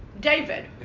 David